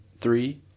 three